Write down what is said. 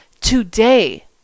today